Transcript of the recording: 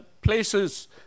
places